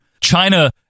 china